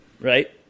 right